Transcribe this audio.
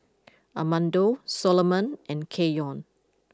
Armando Soloman and Keyon